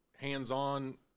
hands-on